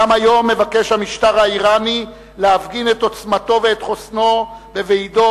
גם היום מבקש המשטר האירני להפגין את עוצמתו ואת חוסנו בוועידות